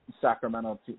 Sacramento